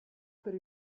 per